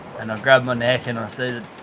and i've grabbed my neck and i said